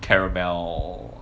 caramel